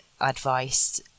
advice